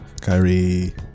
Kyrie